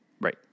Right